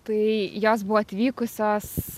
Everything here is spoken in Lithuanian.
tai jos buvo atvykusios